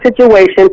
situation